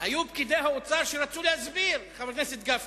היו פקידי האוצר שרצו להסביר, חבר הכנסת גפני,